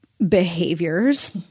behaviors